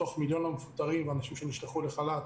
מתוך מיליון המפוטרים ואנשים שנשלחו לחל"ת